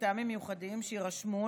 מטעמים מיוחדים שיירשמו,